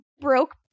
broke